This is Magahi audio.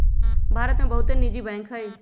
भारत में बहुते निजी बैंक हइ